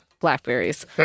blackberries